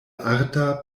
arta